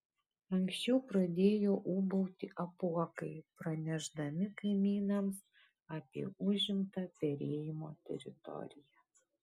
anksčiau pradėjo ūbauti apuokai pranešdami kaimynams apie užimtą perėjimo teritoriją